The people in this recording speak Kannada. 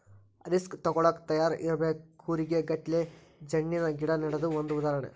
ರಿಸ್ಕ ತುಗೋಳಾಕ ತಯಾರ ಇರಬೇಕ, ಕೂರಿಗೆ ಗಟ್ಲೆ ಜಣ್ಣಿನ ಗಿಡಾ ನೆಡುದು ಒಂದ ಉದಾಹರಣೆ